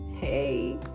hey